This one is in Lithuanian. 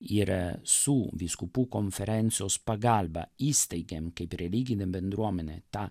ir su vyskupų konferencijos pagalba įsteigėm kaip religinę bendruomenę tą